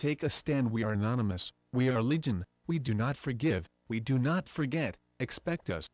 take a stand we are not a mess we are legion we do not forgive we do not forget expect us